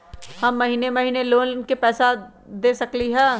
हम महिने महिने लोन के पैसा दे सकली ह?